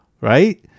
right